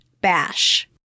bash